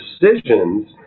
decisions